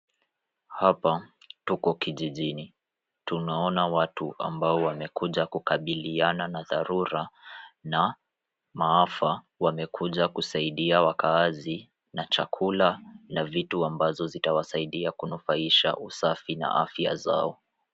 Hapa tuko kijjini tunaona watu ambao wamekuja kukabiliana na dharura na maafa. Wamekuja kusaidia wakaazi na chakula na vitu ambazo zitawasaidia kunufaisha usafi na afya zao.